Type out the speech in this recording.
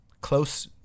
close